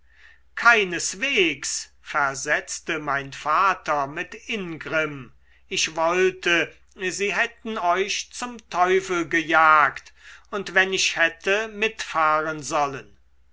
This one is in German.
keineswegs versetzte mein vater mit ingrimm ich wollte sie hätten euch zum teufel gejagt und wenn ich hätte mitfahren sollen